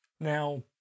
Now